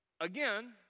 Again